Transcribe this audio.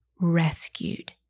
rescued